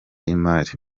y’imari